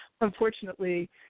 unfortunately